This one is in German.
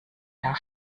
der